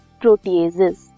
proteases